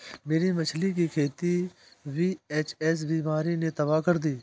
मेरी मछली की खेती वी.एच.एस बीमारी ने तबाह कर दी